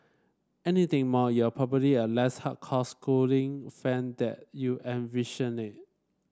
anything more you are probably a less hardcore Schooling fan than you envisioned